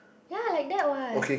ya like that what